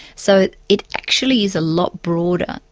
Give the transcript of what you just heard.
so it actually is a lot broader.